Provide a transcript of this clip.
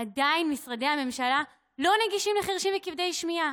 עדיין משרדי הממשלה לא נגישים לחירשים ולכבדי שמיעה.